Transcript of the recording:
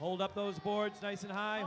hold up those boards